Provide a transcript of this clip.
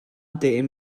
tein